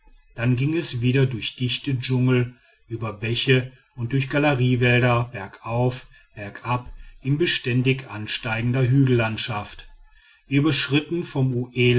dann ging es wieder durch dichte dschungeln über bäche und durch galeriewälder bergauf bergab in beständig ansteigender hügellandschaft wir überschritten vom